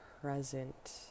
present